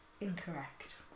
Incorrect